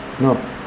no